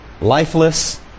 lifeless